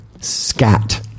Scat